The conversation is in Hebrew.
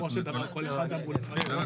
ככה זה כל אחת מהאחרות.